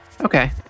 Okay